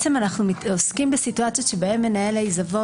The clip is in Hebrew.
אנחנו עוסקים בסיטואציות שבהן מנהל העיזבון